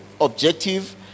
objective